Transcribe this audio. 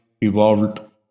evolved